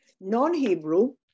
Non-Hebrew